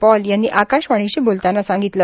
Paul यांनी आकाशवाणीशी बोलताना सांगितलं